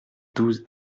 douze